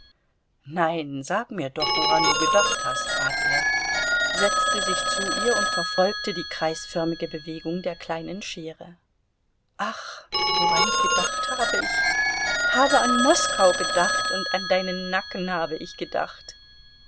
nein sag mir doch woran du gedacht hast bat er setzte sich zu ihr und verfolgte die kreisförmige bewegung der kleinen schere ach woran ich gedacht habe ich habe an moskau gedacht und an deinen nacken habe ich gedacht